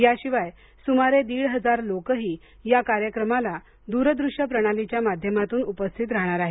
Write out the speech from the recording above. याशिवाय सुमारे दीड हजार लोकही या कार्यक्रमाला दूर दृश्य प्रणालीच्या माध्यमातून उपस्थित राहणार आहेत